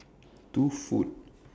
two food